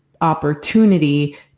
opportunity